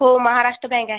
हो महाराष्ट्र बँक आहे